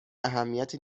اهمیتی